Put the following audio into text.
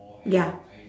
ya